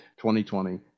2020